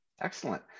Excellent